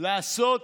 לעשות